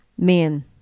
man